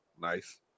nice